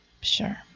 sure